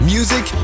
Music